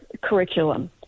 curriculum